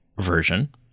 version